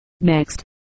next